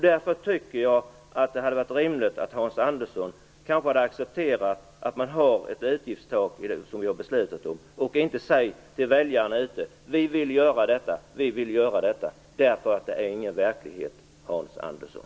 Därför tycker jag att det hade varit rimligt att Hans Andersson kanske hade accepterat att man har ett utgiftstak som riksdagen har beslutat om och inte säger till väljarna där ute: Vi vill göra det här, och vi vill göra det här. Det är ingen verklighet, Hans Andersson.